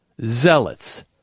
Zealots